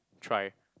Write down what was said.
try